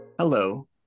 Hello